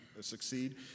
succeed